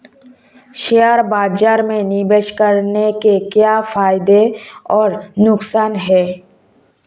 Share बाज़ार में निवेश करने के क्या फायदे और नुकसान हैं?